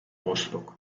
rostock